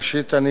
ראשית, אני